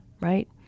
right